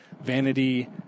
vanity